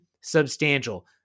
substantial